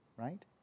Right